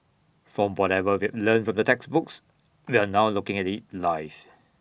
from whatever we've learnt from the textbooks we're now looking at IT live